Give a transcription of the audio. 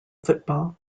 football